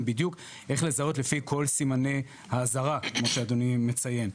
בדיוק איך לזהות לפי כל סימני האזהרה כמו שאדוני מציין,